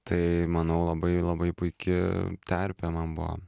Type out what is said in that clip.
tai manau labai labai puiki terpė man buvo